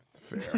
Fair